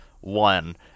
one